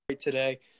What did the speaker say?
today